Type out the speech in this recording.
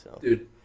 Dude